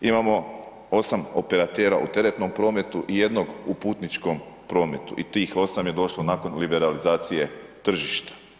Imamo 8 operatera u teretnom prometu i jednog u putničkom prometu i tih 8 je došlo nakon liberalizacije tržišta.